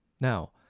Now